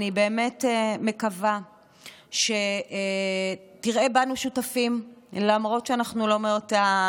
אני באמת מקווה שתראה בנו שותפים למרות שאנחנו לא מאותה